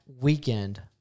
weekend